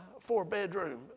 four-bedroom